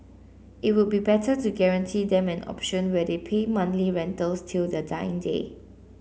it would be better to guarantee them an option where they pay monthly rentals till their dying day